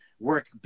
Work